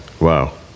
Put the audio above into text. wow